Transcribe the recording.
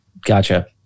gotcha